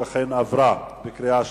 בעד, 22,